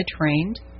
trained